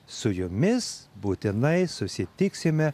su jumis būtinai susitiksime